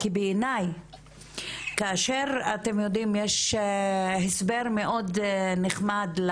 כי בעיני כאשר אתם יודעים יש הסבר מאוד נחמד,